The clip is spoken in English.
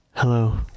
Hello